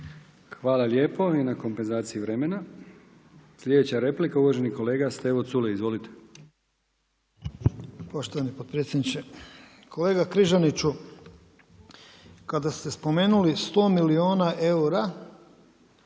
Hvala lijepo i na kompenzaciji vremena. Sljedeća replika uvaženi kolega Stevo Culej. Izvolite. **Culej, Stevo (HDZ)** Poštovani potpredsjedniče. Kolega Križaniću, kada ste spomenuli 100 milijuna eura